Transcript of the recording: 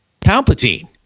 Palpatine